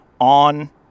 on